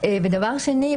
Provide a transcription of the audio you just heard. דבר שני,